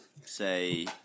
say